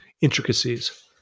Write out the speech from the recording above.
intricacies